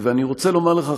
אני רוצה לומר לך,